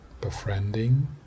Befriending